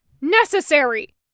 necessary